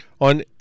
on